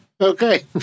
okay